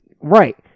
Right